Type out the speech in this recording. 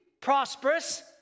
prosperous